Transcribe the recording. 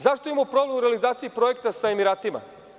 Zašto imamo problem u realizaciji projekta sa Emiratima?